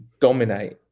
dominate